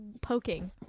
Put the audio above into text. poking